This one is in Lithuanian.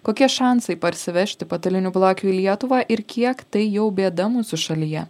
kokie šansai parsivežti patalinių blakių į lietuvą ir kiek tai jau bėda mūsų šalyje